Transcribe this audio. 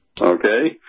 okay